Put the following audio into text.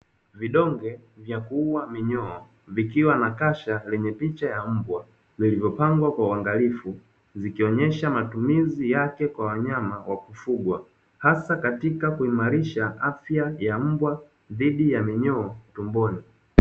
Vidonge vya kuuwa minyoo vikiwa na kasha lenye picha ya mbwa vilivyopangwa kwa uangalifu vikionesha matumizi yake kwa wanyama wakufugwa, haswa katika kuimarisha afya ya mbwa dhidi ya minyoo tumboni